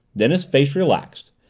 then his face relaxed,